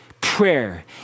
Prayer